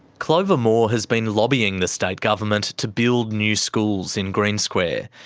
clover moore has been lobbying the state government to build new schools in green square,